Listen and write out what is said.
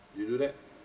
you do that